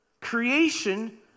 Creation